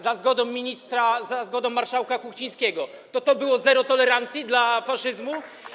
za zgodą ministra, za zgodą marszałka Kuchcińskiego, to to było zero tolerancji dla faszyzmu?